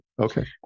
Okay